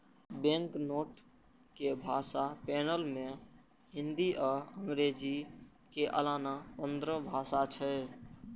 banknote के भाषा panel मे हिंदी आ अंग्रेजी के अलाना पंद्रह भाषा छै